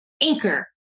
anchor